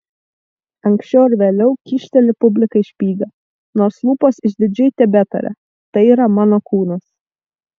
anksčiau ar vėliau kyšteli publikai špygą nors lūpos išdidžiai tebetaria tai yra mano kūnas